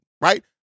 right